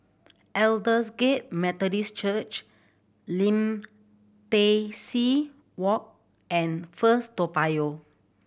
Aldersgate Methodist Church Lim Tai See Walk and First Toa Payoh